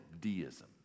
deism